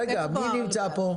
רגע, מי נמצא פה?